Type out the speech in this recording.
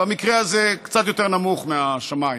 במקרה הזה קצת יותר נמוך מהשמיים.